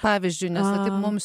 pavyzdžiui nes va taip mums